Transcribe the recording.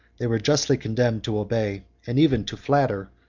they were justly condemned to obey, and even to flatter,